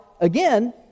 again